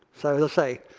so as i say,